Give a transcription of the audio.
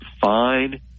fine